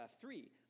Three